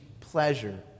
pleasure